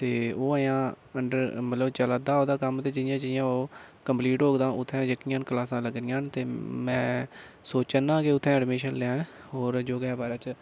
ते ओह् अजें अंडर मतलब चलदा ओह्दा कम्म जियां जियां ओह् कंप्लीट होग तां उत्थें जेह्कियां क्लासां लगनियां न मैं सोचां न कि उत्थें ऐडमिशन लैं होर योगे बारै च